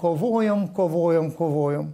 kovojom kovojom kovojom